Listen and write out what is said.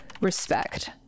respect